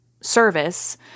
service